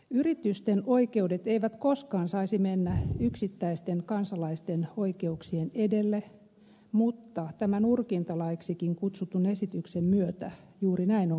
yritysten oikeudet eivät koskaan saisi mennä yksittäisten kansalaisten oikeuksien edelle mutta tämän urkintalaiksikin kutsutun esityksen myötä juuri näin on käymässä